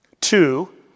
Two